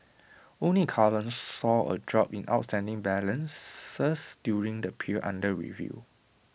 only car loans saw A drop in outstanding balances during the period under review